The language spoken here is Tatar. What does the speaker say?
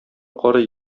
карый